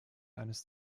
eines